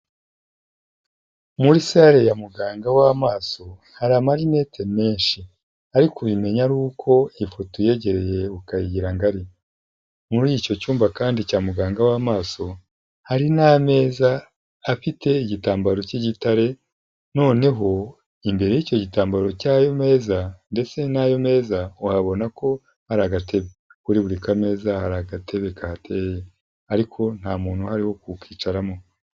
Muri salle ya muganga w'amaso hari amarinete menshi, ariko ubimenya ari uko ifoto uyegereye ukayigira ngari. Muri icyo cyumba kandi cya muganga w'amaso, hari n'ameza afite igitambaro cy'igitare, noneho imbere y'icyo gitambaro cy'ayo meza ndetse n'ayo meza uhabona ko hari agatebe. Kuri buri kameza hari agatebe kahateye ariko nta muntu uhari wo kukicaramo.